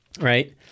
right